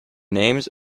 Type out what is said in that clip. names